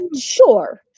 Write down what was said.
Sure